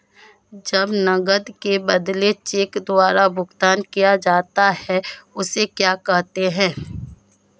जब नकद के बदले चेक द्वारा भुगतान किया जाता हैं उसे क्या कहते है?